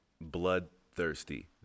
Bloodthirsty